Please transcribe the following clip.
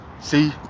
See